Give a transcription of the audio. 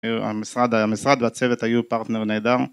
המשרד והצוות היו פרטנר נהדר